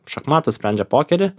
šachmatus sprendžia pokerį